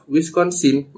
Wisconsin